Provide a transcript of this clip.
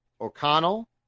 O'Connell